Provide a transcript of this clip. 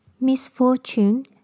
misfortune